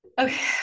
Okay